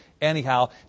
Anyhow